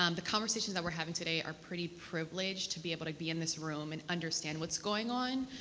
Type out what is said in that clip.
um the conversations that we're having today are pretty privileged to be able to be in this room and understand what's going on,